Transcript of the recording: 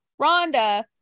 Rhonda